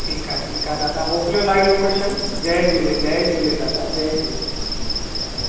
ठीकु आहे ठीकु आहे दादा मोकिलियो लाईव लोकेशन जय झूले जय झूले दादा जय झूले